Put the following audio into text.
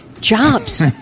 jobs